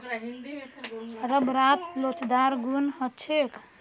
रबरत लोचदार गुण ह छेक